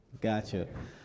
Gotcha